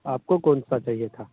आपको कौनसा चाहिए था